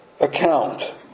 account